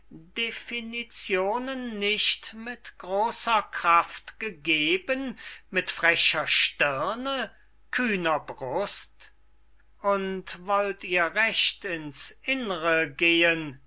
definitionen nicht mit großer kraft gegeben mit frecher stirne kühner brust und wollt ihr recht in's innre gehen